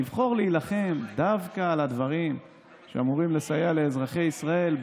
לבחור להילחם דווקא על הדברים שאמורים לסייע לאזרחי ישראל,